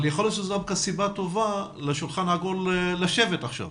יכול להיות שזאת דווקא סיבה טובה לשולחן העגול לשבת עכשיו,